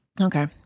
Okay